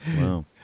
Wow